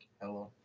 Hello